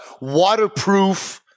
Waterproof